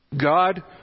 God